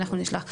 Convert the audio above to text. ואנחנו נשלח.